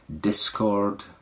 discord